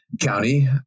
county